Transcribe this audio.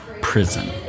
Prison